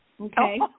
okay